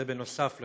נוסף על